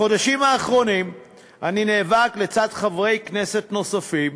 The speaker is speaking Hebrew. בחודשים האחרונים אני נאבק לצד חברי כנסת נוספים,